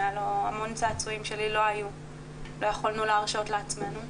היו לו המון צעצועים שלי לא היו ולא יכלנו להרשות לעצמנו.